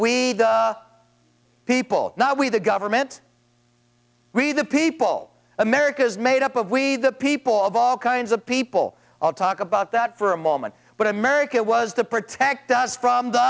we people now we the government the people america is made up of we the people of all kinds of people all talk about that for a moment but america was to protect us from the